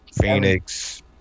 Phoenix